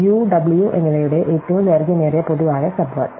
u w എന്നിവയുടെ ഏറ്റവും ദൈർഘ്യമേറിയ പൊതുവായ സബ്വേഡ്